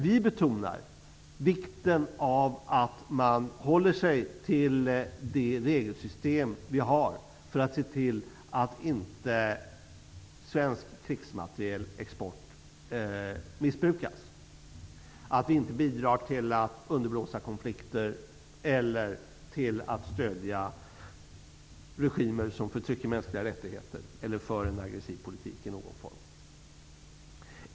Vi betonar dock vikten av att man håller sig till det regelsystem vi har för att se till att svensk krigsmaterielexport inte missbrukas, att vi inte bidrar till att underblåsa konflikter, stödja regimer som utövar förtryck mot mänskliga rättigheter eller regimer som för en aggressiv politik.